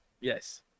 Yes